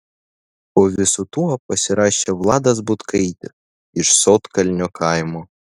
po visu tuo pasirašė vladas butkaitis iš sodkalnio kaimo